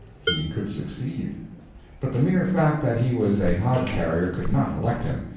he could succeed but the mere fact that he was a hod-carrier could not elect him,